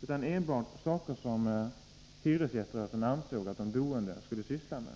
Det var enbart fråga om saker som hyresgäströrelsen ansåg att de boende skulle syssla med.